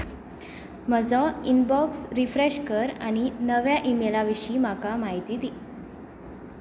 म्हजो inbox refresh कर आनी नवें ईमेलां विशीं म्हाका म्हायती दी